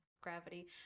gravity